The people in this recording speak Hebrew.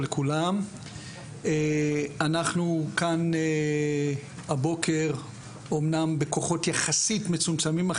אנחנו כאן הבוקר אמנם בכוחות יחסית מצומצמים,